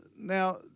Now